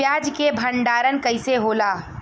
प्याज के भंडारन कइसे होला?